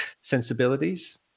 sensibilities